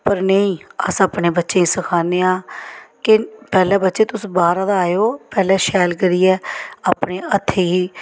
पर नेईं अस अपने बच्चें गी सखाने आं कि पैह्ले बच्चे तुस बाह्रा दा आएओ पैह्ले शैल करियै अपने हत्थें गी